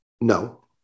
No